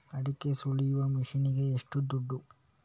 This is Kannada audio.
ಅಡಿಕೆ ಸಿಪ್ಪೆ ಸುಲಿಯುವ ಮಷೀನ್ ಗೆ ಏಷ್ಟು ದುಡ್ಡು?